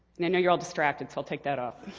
know know you're all distracted, so i'll take that off.